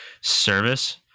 service